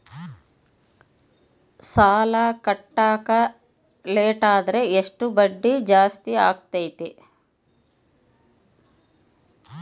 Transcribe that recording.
ಸಾಲ ಕಟ್ಟಾಕ ಲೇಟಾದರೆ ಎಷ್ಟು ಬಡ್ಡಿ ಜಾಸ್ತಿ ಆಗ್ತೈತಿ?